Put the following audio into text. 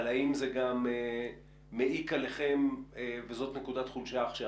אבל האם זה גם מעיק עליכם וזאת נקודת חולשה עכשיו,